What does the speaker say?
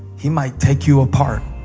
he might take you apart